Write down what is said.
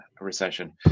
recession